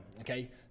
Okay